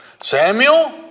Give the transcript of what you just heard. Samuel